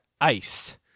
Ice